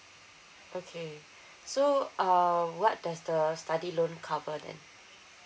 okay so uh what does the study loan cover then